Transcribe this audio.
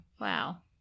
Wow